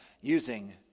using